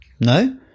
no